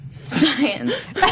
Science